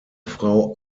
frau